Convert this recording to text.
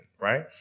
right